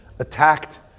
attacked